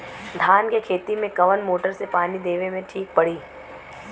धान के खेती मे कवन मोटर से पानी देवे मे ठीक पड़ी?